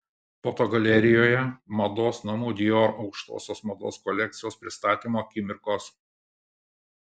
fotogalerijoje mados namų dior aukštosios mados kolekcijos pristatymo akimirkos